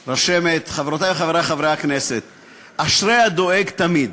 רשמת, חברותי, חברי חברי הכנסת, אשרי הדואג תמיד,